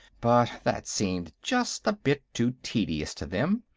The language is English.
but that seemed just a bit too tedious to them.